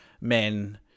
men